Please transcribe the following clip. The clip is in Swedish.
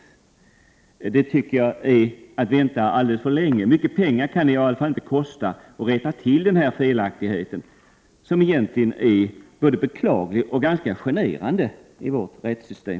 Det är att vänta alldeles för länge. Mycket pengar kan det i varje fall inte kosta att rätta till denna felaktighet, som är både beklaglig och generande i vårt rättssystem.